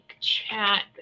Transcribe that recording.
chat